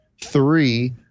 three